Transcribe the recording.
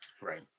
Right